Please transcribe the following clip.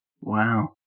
Wow